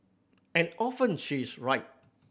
and often she is right